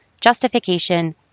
justification